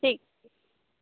ठीक